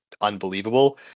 unbelievable